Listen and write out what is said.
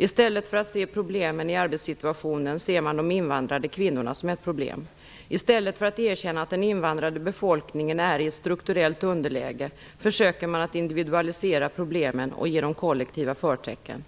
I stället för att se problemen i arbetssituationen, ser man de invandrade kvinnorna som ett problem. I stället för att erkänna att den invandrade befolkningen är i ett strukturellt underläge, försöker man att individualisera problemen och ge dem kollektiva förtecken.